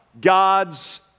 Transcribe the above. God's